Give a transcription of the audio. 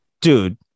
Dude